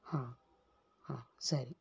ಹಾಂ ಹಾಂ ಸರಿ